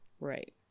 Right